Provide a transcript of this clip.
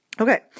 Okay